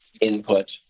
input